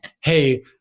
hey